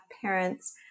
parents